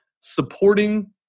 supporting